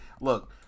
look